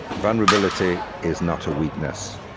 vulnerability is not a weakness,